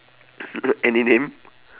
any name